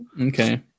Okay